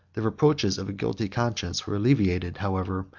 the reproaches of a guilty conscience were alleviated, however,